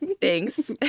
Thanks